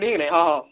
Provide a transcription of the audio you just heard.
ହୋଇଗଲାଣି ହଁ ହଁ